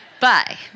Bye